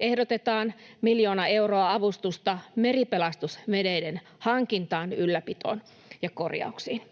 ehdotetaan miljoona euroa avustusta meripelastusveneiden hankintaan, ylläpitoon ja korjauksiin.